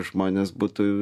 žmonės būtų